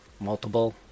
multiple